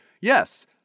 yes